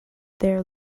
there